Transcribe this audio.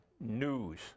news